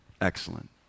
excellent